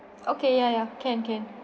okay ya ya can can